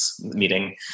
meeting